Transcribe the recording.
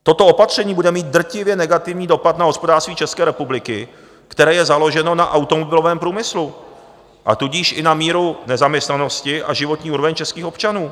Toto opatření bude mít drtivě negativní dopad na hospodářství České republiky, které je založeno na automobilovém průmyslu, a tudíž i na míru nezaměstnanosti a životní úroveň českých občanů.